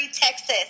Texas